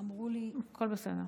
הכול בסדר.